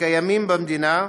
הקיימים במדינה,